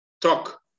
talk